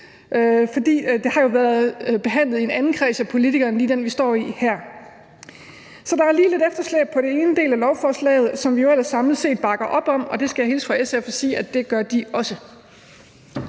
det har jo været behandlet i en anden kreds af politikere end den, vi står i her. Så der er lige et efterslæb i den ene del af lovforslaget, som vi jo ellers samlet set bakker op om. Og jeg skal hilse fra SF og sige, at det gør de også.